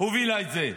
הובילה את זה.